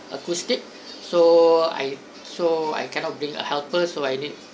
acoustic so I so I cannot bring a helpers so I need